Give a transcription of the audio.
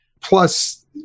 Plus